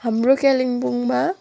हाम्रो कालिम्पोङमा